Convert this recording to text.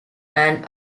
and